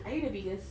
are you the biggest